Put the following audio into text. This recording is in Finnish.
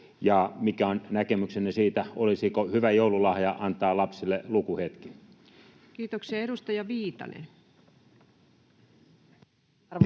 mikä on näkemyksenne siitä, olisiko hyvä joululahja antaa lapsille lukuhetki? [Speech 60] Speaker: